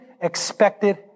expected